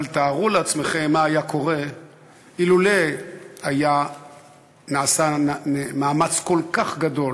אבל תארו לעצמכם מה היה קורה אילולא נעשה מאמץ כל כך גדול,